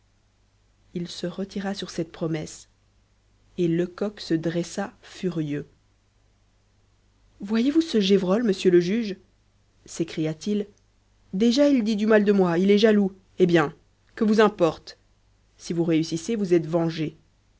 il se retira sur cette promesse et lecoq se dressa furieux voyez-vous ce gévrol monsieur le juge s'écria-t-il déjà il dit du mal de moi il est jaloux eh bien que vous importe si vous réussissez vous êtes vengé